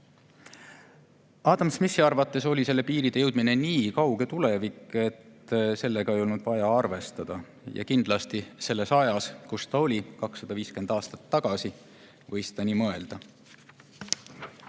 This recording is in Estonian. Adam Smithi arvates oli nende piirideni jõudmine nii kauge tulevik, et sellega ei olnud vaja arvestada. Kindlasti, selles ajas, kus ta oli, 250 aastat tagasi, võis ta nii mõelda.